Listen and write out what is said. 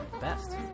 best